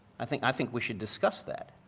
i think i think we should discuss that.